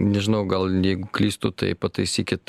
nežinau gal jeigu klystu tai pataisykit